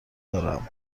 دارم